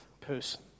person